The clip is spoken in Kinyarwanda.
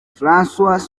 françois